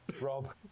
Rob